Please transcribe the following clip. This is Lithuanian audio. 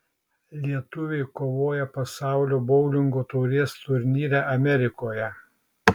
lietuviai kovoja pasaulio boulingo taurės turnyre amerikoje